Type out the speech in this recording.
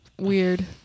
weird